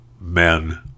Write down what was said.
men